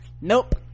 Nope